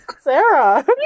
Sarah